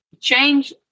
Change